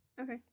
Okay